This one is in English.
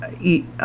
eat